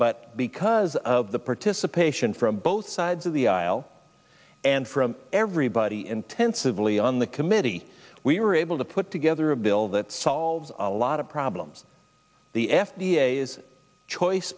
but because of the participation from both sides of the aisle and from everybody intensively on the committee we were able to put together a bill that solves a lot of problems the f d a is choice